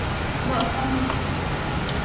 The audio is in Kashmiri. ہیٚلو اَسلام علیکُم